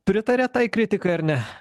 pritariat tai kritikai ar ne